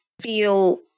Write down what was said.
feel